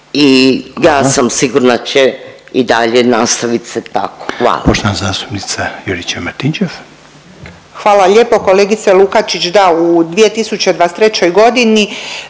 i ja sam sigurna da će i dalje nastavit se tako. Hvala.